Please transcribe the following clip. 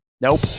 nope